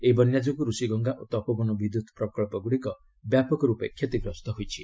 ଏହି ବନ୍ୟା ଯୋଗୁଁ ଋଷିଗଙ୍ଗା ଓ ତପୋବନ ବିଦ୍ୟୁତ୍ପ୍ରକଳ୍ପଗୁଡ଼ିକ ବ୍ୟାପକ ରୂପେ କ୍ଷତିଗ୍ରସ୍ତ ହୋଇଛି